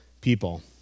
people